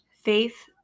Faith